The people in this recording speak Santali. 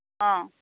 ᱦᱚᱸ